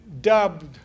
dubbed